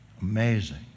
Amazing